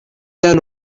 than